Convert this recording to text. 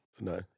No